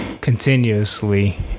continuously